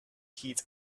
heat